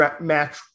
match